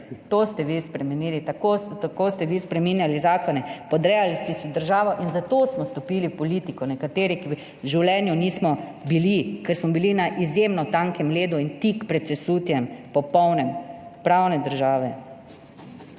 Tako ste vi spreminjali zakone, 33. TRAK: (NB) - 12.40 (Nadaljevanje) podrejali ste si državo in zato smo vstopili v politiko nekateri, ki v življenju nismo bili, ker smo bili na izjemno tankem ledu in tik pred sesutjem popolne pravne države.